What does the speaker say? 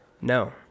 no